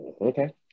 Okay